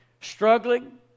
struggling